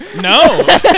No